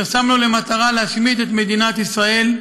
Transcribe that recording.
ששם לו למטרה להשמיד את מדינת ישראל,